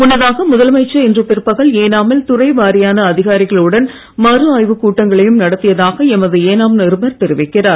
முன்னதாக முதலமைச்சர் இன்று பிற்பகல் ஏனாமில் துறை வாரியான அதிகாரிகளுடன் மறுஆய்வு கூட்டங்களையும் நடத்தியதாக எமது ஏனாம் நிருபர் தெரிவிக்கிறார்